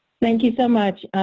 thank you so much.